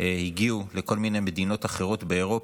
הגיעו לכל מיני מדינות אחרות באירופה.